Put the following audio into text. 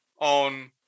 on